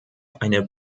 eine